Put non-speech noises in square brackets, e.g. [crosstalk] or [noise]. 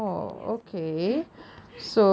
sixteen years old [laughs]